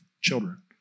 children